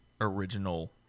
original